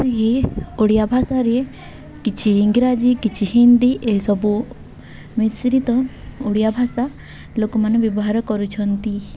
ଏହିି ଓଡ଼ିଆ ଭାଷାରେ କିଛି ଇଂରାଜୀ କିଛି ହିନ୍ଦୀ ଏସବୁ ମିଶ୍ରିତ ଓଡ଼ିଆ ଭାଷା ଲୋକମାନେ ବ୍ୟବହାର କରୁଛନ୍ତି